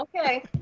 Okay